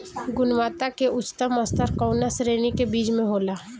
गुणवत्ता क उच्चतम स्तर कउना श्रेणी क बीज मे होला?